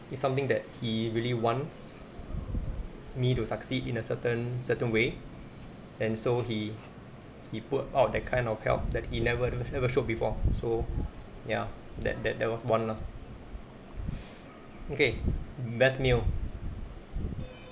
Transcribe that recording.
it's something that he really wants me to succeed in a certain certain way and so he he put out of that kind of help that he never never never showed before so ya that that that was one lah okay best meal